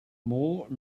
more